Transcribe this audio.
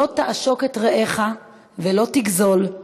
"לא תעשק את רעך ולא תגזל,